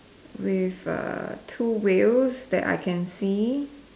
with uh two wheels that I can see